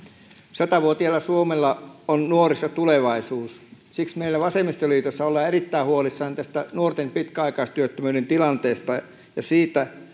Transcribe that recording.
sata vuotiaalla suomella on nuorissa tulevaisuus siksi meillä vasemmistoliitossa ollaan erittäin huolissaan tästä nuorten pitkäaikaistyöttömyyden tilanteesta ja siitä